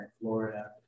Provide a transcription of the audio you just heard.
Florida